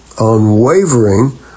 unwavering